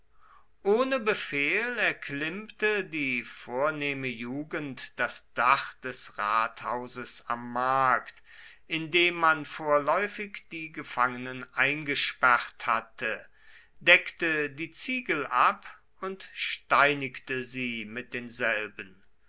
ohne befehl erklimmte die vornehme jugend das dach des rathauses am markt in das man vorläufig die gefangenen eingesperrt hatte deckte die ziegel ab und steinigte sie mit denselben